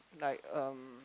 like um